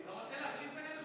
אתה רוצה להחליף בינינו,